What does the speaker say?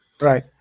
Right